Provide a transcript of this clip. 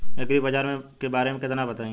एग्रीबाजार के बारे में बताई?